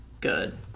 good